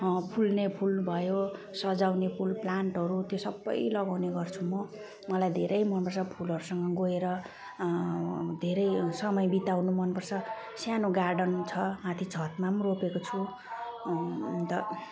फुल्ने फुल भयो सजाउने फुल प्लान्टहरू त्यो सबै लगाउने गर्छु म मलाई धेरै मनपर्छ फुलहरूसँग गएर धेरै समय बिताउनु मनपर्छ सानो गार्डन छ माथि छतमा पनि रोपेको छु अन्त